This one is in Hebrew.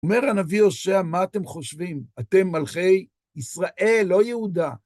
אומר הנביא יושע, מה אתם חושבים? אתם מלכי ישראל, לא יהודה.